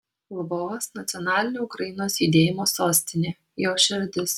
lvovas nacionalinio ukrainos judėjimo sostinė jo širdis